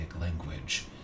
language